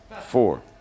Four